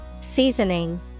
Seasoning